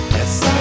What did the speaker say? Yes